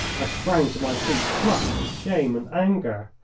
i sprang to my feet, flushed with shame and anger.